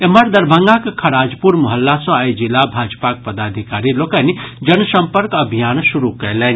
एम्हर दरभंगाक खराजपुर मोहल्ला सँ आइ जिला भाजपाक पदाधिकारी लोकनि जनसम्पर्क अभियान शुरू कयलनि